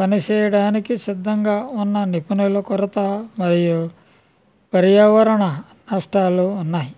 పనిచేయడానికి సిద్ధంగా ఉన్న నిపుణుల కొరత మరియు పర్యావరణ నష్టాలు ఉన్నాయి